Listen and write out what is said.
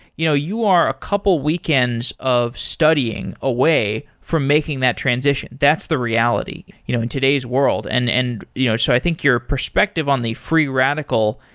you know you are a couple weekends of studying away from making that transition. that's the reality you know in today's world. and and you know so, i think your perspective on the free radical,